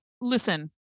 listen